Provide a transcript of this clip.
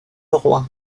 leroy